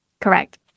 Correct